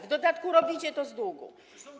W dodatku robicie to z długu.